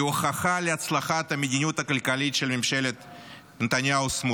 הוכחה להצלחת המדיניות הכלכלית של ממשלת נתניהו-סמוטריץ'.